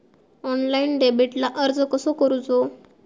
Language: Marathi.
ऑनलाइन डेबिटला अर्ज कसो करूचो?